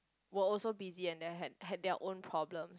were also busy and they had had their own problem